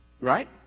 right